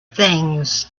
things